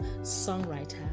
songwriter